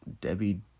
Debbie